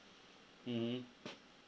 mmhmm